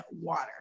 water